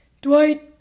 Dwight